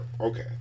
Okay